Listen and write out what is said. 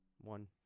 one